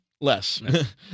less